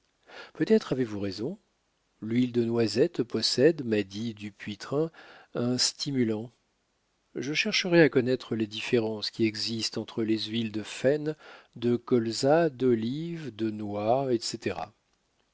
peut-être avez-vous raison l'huile de noisette possède m'a dit dupuytren un stimulant je chercherai à connaître les différences qui existent entre les huiles de faine de colza d'olive de noix etc